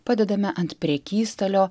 padedame ant prekystalio